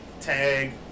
tag